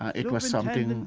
it was something, and